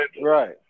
right